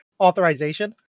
authorization